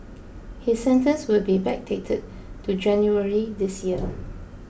his sentence will be backdated to January this year